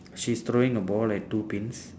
she's throwing a ball like two pins